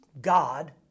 God